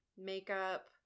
makeup